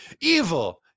evil